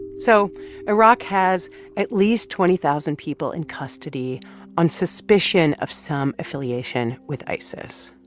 so iraq has at least twenty thousand people in custody on suspicion of some affiliation with isis,